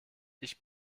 ich